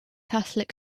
catholic